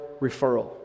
referral